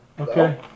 Okay